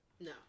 No